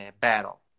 battle